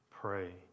Pray